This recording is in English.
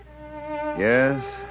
Yes